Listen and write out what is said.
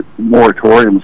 moratoriums